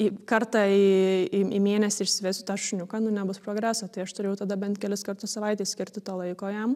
į kartą į į mėnesį išsiversiu tą šuniuką nu nebus progreso tai aš turiu jau tada bent kelis kartus savaitėj skirti to laiko jam